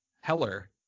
Heller